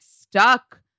stuck